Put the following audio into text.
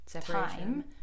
time